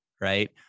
Right